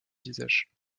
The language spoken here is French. visage